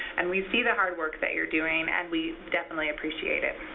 and we see the hard work that you're doing and we definitely appreciate it.